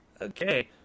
Okay